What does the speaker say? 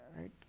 right